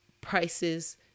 prices